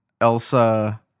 elsa